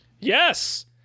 Yes